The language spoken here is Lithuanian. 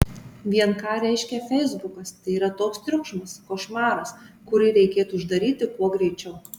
vien ką reiškia feisbukas tai yra toks triukšmas košmaras kurį reikėtų uždaryti kuo greičiau